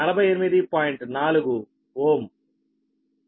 అది ZpB VpB2MVA base 1